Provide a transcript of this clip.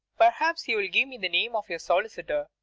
perhaps you'll give me the name of your solicitor,